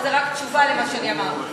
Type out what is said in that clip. או זה רק תשובה על מה שאני אמרתי.